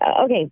Okay